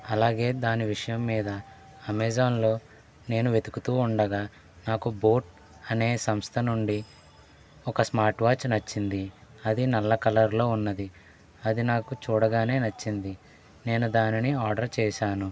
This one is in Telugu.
అలాగే దాని విషయం మీద అమెజాన్లో నేను వెతుకుతు ఉండగా నాకు బోట్ అనే సంస్థ నుండి ఒక స్మార్ట్వాచ్ నచ్చింది అది నల్ల కలర్లో ఉన్నది అది నాకు చూడగానే నచ్చింది నేను దానిని ఆర్డర్ చేశాను